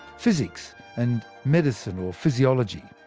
physics and medicine or physiology.